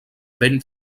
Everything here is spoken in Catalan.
ben